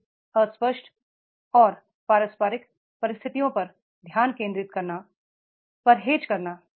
नई अस्पष्ट और पारस्परिक स्थितियों पर ध्यान केंद्रित करना परहेज करना